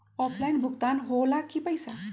Offline भुगतान हो ला कि पईसा?